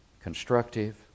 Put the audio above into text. constructive